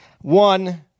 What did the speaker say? one